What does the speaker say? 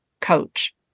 coach